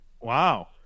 Wow